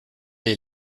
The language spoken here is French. est